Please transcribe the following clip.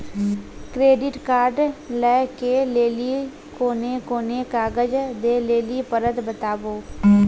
Credit card लै के लेली कोने कोने कागज दे लेली पड़त बताबू?